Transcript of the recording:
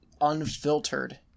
unfiltered